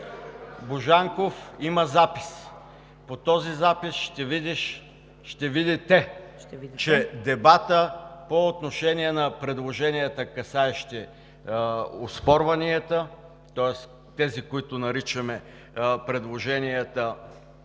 Божанков, има запис! По този запис ще видиш – ще видите! – че дебатът по отношение на предложенията, касаещи оспорванията, тоест тези, които наричаме предложенията